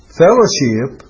fellowship